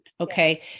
Okay